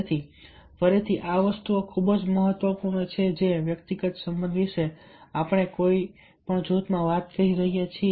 તેથી ફરીથી આ વસ્તુઓ ખૂબ જ મહત્વપૂર્ણ છે જે વ્યક્તિગત સંબંધ વિશે આપણે કોઈપણ જૂથમાં વાત કરી રહ્યા છીએ